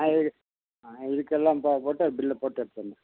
ஆ இது ஆ இதுக்கெல்லாம் ப போட்டு பில்லு போட்டு எடுத்தந்துடுங்க